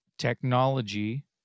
Technology